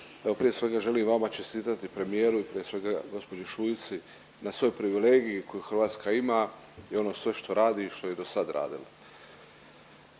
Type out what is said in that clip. prije svega želim vama čestitati i premijeru i prije svega gospođi Šuici na svoj privilegiji koju Hrvatska ima i ono sve što radi i što je do sad radila.